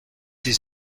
his